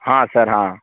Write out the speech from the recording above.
हाँ सर हाँ